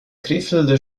krefelder